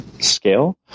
scale